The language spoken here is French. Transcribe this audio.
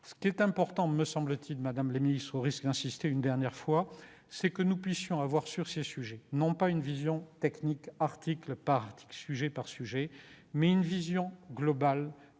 Ce qui me semble important, madame la ministre, au risque d'insister une dernière fois, c'est que nous puissions avoir, sur cette problématique, non pas une vision technique- article par article, sujet par sujet -, mais une vision globale